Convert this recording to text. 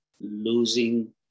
losing